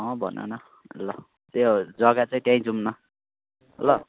अँ भनन ल त्यो जग्गा चाहिँ त्यहीँ जाउँ न ल